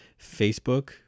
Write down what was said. Facebook